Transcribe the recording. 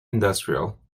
industrial